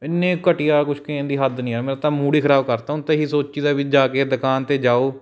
ਇੰਨੇ ਘਟੀਆ ਕੁਛ ਕਹਿਣ ਦੀ ਹੱਦ ਨਹੀਂ ਯਾਰ ਮੇਰਾ ਤਾਂ ਮੂਡ ਹੀ ਖ਼ਰਾਬ ਕਰਤਾ ਹੁਣ ਤਾਂ ਇਹੀ ਸੋਚੀ ਦਾ ਵੀ ਜਾ ਕੇ ਦੁਕਾਨ 'ਤੇ ਜਾਓ